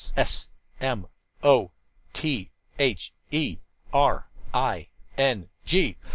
s m o t h e r i n g.